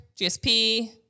GSP